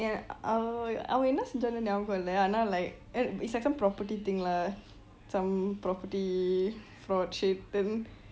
அவன் என்னா செஞ்சானு நியாபகம் இல்லை ஆனால்:avan ena chenchaanu nitaabakam illai aanaal like is like some property thing lah some property fraud shit then